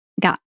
got